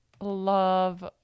love